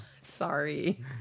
Sorry